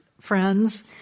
friends